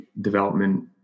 development